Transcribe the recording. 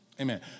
Amen